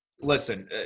listen